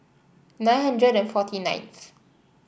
nine hundred and forty ninth